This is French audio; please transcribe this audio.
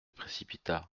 précipita